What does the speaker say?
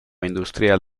industrial